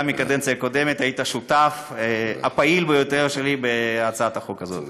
בקדנציה הקודמת היית השותף הפעיל ביותר שלי בהצעת החוק הזאת.